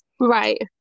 Right